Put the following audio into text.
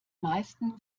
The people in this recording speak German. meisten